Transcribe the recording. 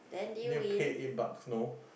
you need to pay eight bucks no